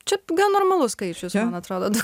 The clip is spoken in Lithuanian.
čia gan normalus skaičius man atrodo